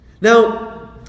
Now